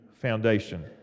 foundation